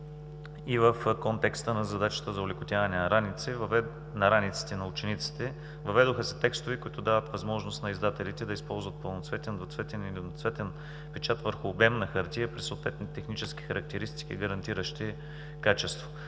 и в контекста на задачата за олекотяване на раниците на учениците. Въведоха се текстове, които дават възможност на издателите да използват пълноцветен, двуцветен или едноцветен печат върху обемна хартия при съответни технически характеристики, гарантиращи качество.